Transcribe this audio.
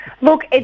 Look